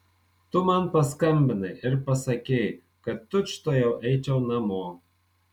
tu man paskambinai ir pasakei kad tučtuojau eičiau namo